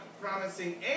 promising